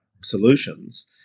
solutions